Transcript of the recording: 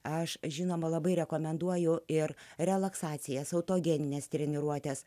aš žinoma labai rekomenduoju ir relaksacijas autogenines treniruotes